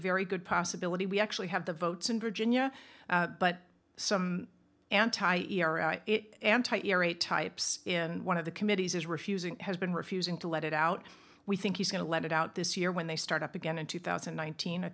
very good possibility we actually have the votes in virginia but some anti ers anti irrate types in one of the committees is refusing has been refusing to let it out we think he's going to let it out this year when they start up again in two thousand and nineteen